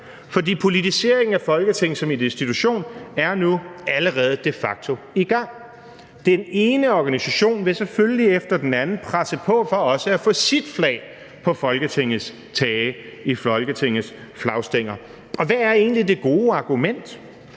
for politiseringen af Folketinget som institution er nu allerede de facto i gang. Den ene organisation efter den anden vil selvfølgelig presse på for også at få sit flag på Folketingets tage, i Folketingets flagstænger. Og hvad er egentlig det gode argument?